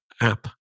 app